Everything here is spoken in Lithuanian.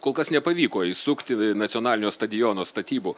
kol kas nepavyko įsukti nacionalinio stadiono statybų